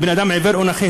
בן-אדם עיוור או נכה,